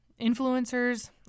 influencers